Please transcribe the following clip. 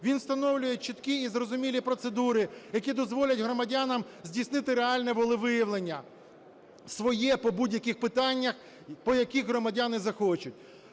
Він встановлює чіткі і зрозумілі процедури, які дозволять громадянам здійснити реальне волевиявлення своє по будь-яких питаннях, по яких громадяни захочуть.